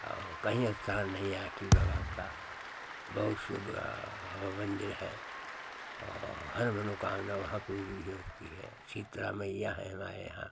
और कहीं स्थान नहीं है अस्टी बाबा का बहुत से और मन्दिर है और हर मनोकामना वहाँ पूरी ही होती है शीतला मैया हैं हमारे यहाँ